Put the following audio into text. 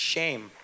Shame